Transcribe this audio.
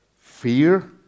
fear